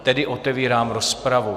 Tedy otevírám rozpravu.